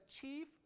chief